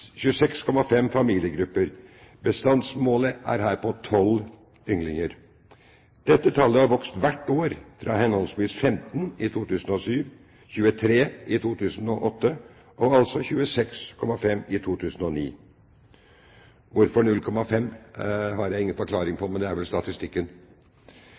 26,5 familiegrupper. Bestandsmålet er her på 12 ynglinger. Dette tallet har vokst hvert år fra henholdsvis 15 i 2007, 23 i 2008 og altså 26,5 i 2009. Hvorfor 0,5 har jeg ingen forklaring